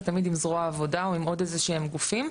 זה תמיד עם זרוע העבודה או עם עוד איזשהם גופים,